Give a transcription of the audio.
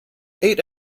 eight